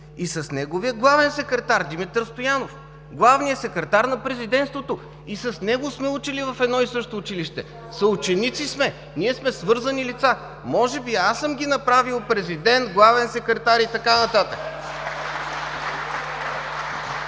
и с неговия главен секретар Димитър Стоянов – главният секретар на президентството. И с него сме учили в едно и също училище, съученици сме. Ние сме свързана лица, може би аз съм ги направил президент, главен секретар и така нататък.